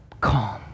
calm